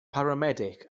paramedic